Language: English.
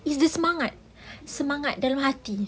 it's the semangat semangat dalam hati